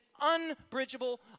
unbridgeable